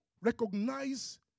recognize